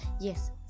Yes